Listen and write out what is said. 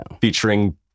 featuring